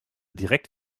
direkt